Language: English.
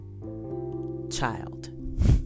child